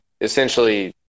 essentially